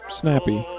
snappy